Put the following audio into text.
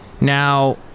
Now